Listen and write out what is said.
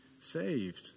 saved